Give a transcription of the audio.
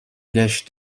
ﮔﺸﺘﯿﻢ